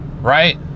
Right